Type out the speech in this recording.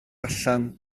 allan